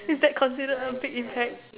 is that considered a big impact